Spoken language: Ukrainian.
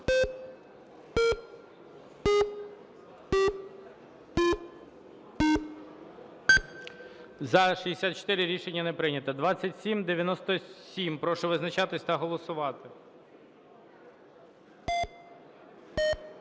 За-64 Рішення не прийнято. 2894 – прошу визначатись та голосувати.